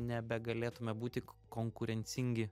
nebegalėtume būti konkurencingi